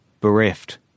Bereft